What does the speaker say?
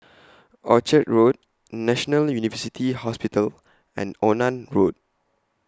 Orchard Road National University Hospital and Onan Road